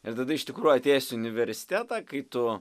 nes tada iš tikrųjų atėjęs į universitetą kai tu